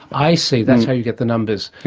i see, that's how you get the numbers.